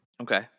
Okay